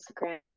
Instagram